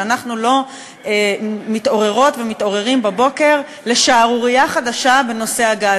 שאנחנו לא מתעוררות ומתעוררים בבוקר לשערורייה חדשה בנושא הגז.